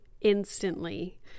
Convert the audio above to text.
instantly